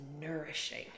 nourishing